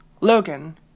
Logan